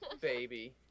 Baby